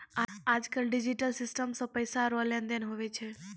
आज कल digital system से पैसा रो लेन देन हुवै छै